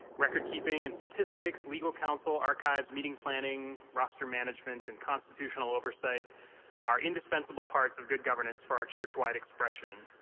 record keeping and statistics, legal counsel, archives, meeting planning, roster management and constitutional oversight are indispensable parts of good governance for our churchwide expression.